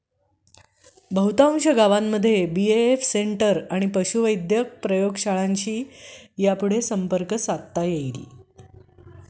बहुतांश गावांमध्ये BAF centre आणि पशुवैद्यक प्रयोगशाळांशी यापुढं संपर्क साधता येईल